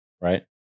right